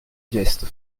gesto